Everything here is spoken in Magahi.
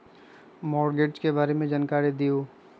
मॉर्टगेज के बारे में जानकारी देहु?